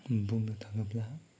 बुंनो थाङोब्ला